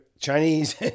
Chinese